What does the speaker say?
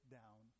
down